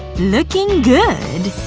looking good!